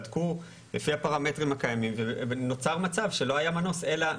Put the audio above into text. בדקו לפי הפרמטרים הקיימים ונוצר מצב שלא היה מנוס אלא